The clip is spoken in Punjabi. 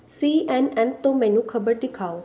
ਸੀ ਐੱਨ ਐੱਨ ਤੋਂ ਮੈਨੂੰ ਖਬਰ ਦਿਖਾਓ